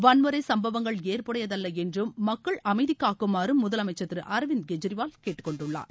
வன்முறை சம்பவங்கள் ஏற்புடையதல்ல என்றும் மக்கள் அமைதி காக்குமாறும் முதலமைச்சர் திரு அரவிந்த் கெஜ்ரிவால் கேட்டுக்கொண்டுள்ளார்